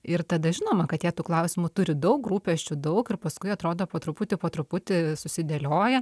ir tada žinoma kad jie tų klausimų turi daug rūpesčių daug ir paskui atrodo po truputį po truputį susidėlioja